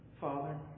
Father